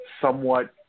somewhat